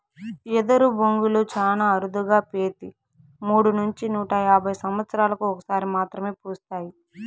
ఎదరు బొంగులు చానా అరుదుగా పెతి మూడు నుంచి నూట యాభై సమత్సరాలకు ఒక సారి మాత్రమే పూస్తాయి